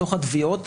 בתוך התביעות,